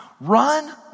Run